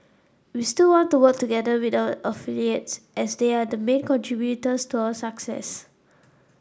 we still want to work together with our affiliates as they are the main contributors to our success